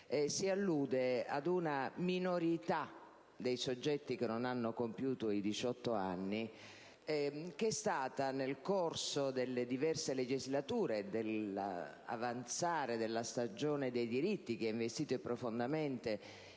si allude ad una minorità dei soggetti che non hanno compiuto i 18 anni che è stata, nel corso delle diverse legislature, dell'avanzare della stagione dei diritti che ha investito profondamente